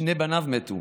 שני בניו מתו,